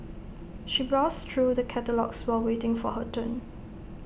she browsed through the catalogues while waiting for her turn